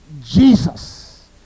Jesus